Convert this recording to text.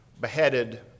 beheaded